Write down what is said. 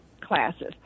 classes